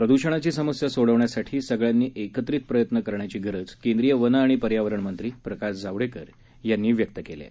प्रद्षणाची समस्या सोडवण्यासाठी सगळ्यांनी एकत्रित प्रयत्न करण्याची गरज केंद्रीय वनं आणि पर्यावरणमंत्री प्रकाश जावडेकर यांनी व्यक्त केली आहे